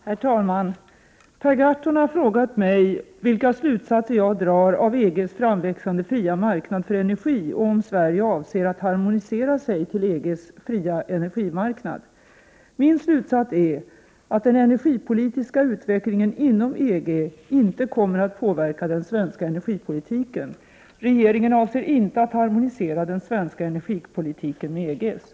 Herr talman! Per Gahrton har frågat mig om vilka slutsatser jag drar av EG:s framväxande fria marknad för energi och om Sverige avser att harmonisera sig till EG:s fria energimarknad. Min slutsats är att den energipolitiska utvecklingen inom EG inte kommer att påverka den svenska energipolitiken. Regeringen avser inte att harmonisera den svenska energipolitiken med EG:s.